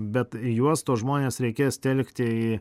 bet juos tuos žmones reikės telkti į